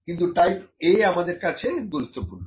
কিন্তু type A আমাদের কাছে গুরুত্বপূর্ণ